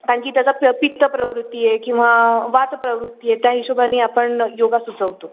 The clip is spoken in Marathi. कारणकी त्याचा पी पित्त प्रवृत्ती आहे किंवा वात प्रवृत्तीआहे त्या हिशोबाने आपण योग सुचवतो